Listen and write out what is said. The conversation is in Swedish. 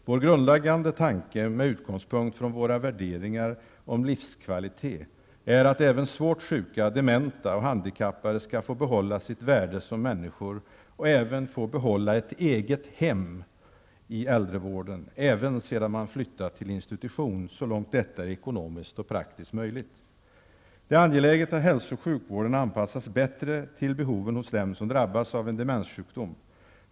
Vår grundläggande tanke, med utgångspunkt i våra värderingar beträffande livskvalitet, är att även svårt sjuka, dementa och handikappade skall få behålla sitt värde som människor och även ett eget hem inom äldrevården -- också sedan man flyttat till en institution -- så långt detta är ekonomiskt och praktiskt möjligt! Det är angeläget att hälso och sjukvården anpassas bättre till behoven hos dem som drabbas av en demenssjukdom.